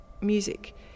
music